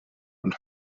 und